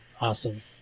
Awesome